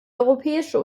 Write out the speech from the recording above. europäische